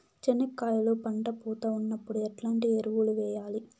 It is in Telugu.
చెనక్కాయలు పంట పూత ఉన్నప్పుడు ఎట్లాంటి ఎరువులు వేయలి?